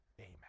Amen